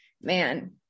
man